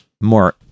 more